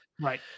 Right